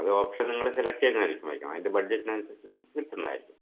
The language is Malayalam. അത് ഓപ്ഷൻ നിങ്ങൾ സെലക്ട് ചെയ്യുന്നതായിരിക്കും അതിൻ്റെ ബഡ്ജറ്റ് അനുസരിച്ച് നമുക്ക് കിട്ടുന്നതായിരിക്കും